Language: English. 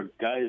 guys